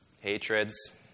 hatreds